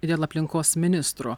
dėl aplinkos ministro